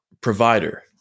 provider